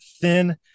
thin